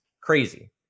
crazy